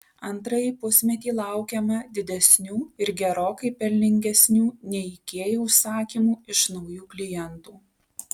antrąjį pusmetį laukiama didesnių ir gerokai pelningesnių nei ikea užsakymų iš naujų klientų